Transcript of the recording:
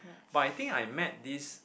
but I think I met this